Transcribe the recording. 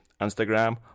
Instagram